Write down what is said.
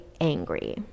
angry